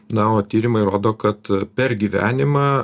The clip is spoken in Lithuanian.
na o tyrimai rodo kad per gyvenimą